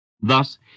Thus